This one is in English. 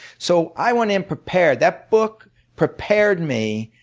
so i went in prepared. that book prepared me.